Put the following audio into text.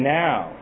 now